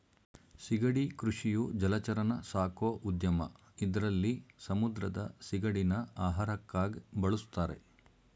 ಸಿಗಡಿ ಕೃಷಿಯು ಜಲಚರನ ಸಾಕೋ ಉದ್ಯಮ ಇದ್ರಲ್ಲಿ ಸಮುದ್ರದ ಸಿಗಡಿನ ಆಹಾರಕ್ಕಾಗ್ ಬಳುಸ್ತಾರೆ